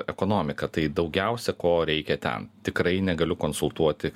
ekonomika tai daugiausia ko reikia ten tikrai negaliu konsultuoti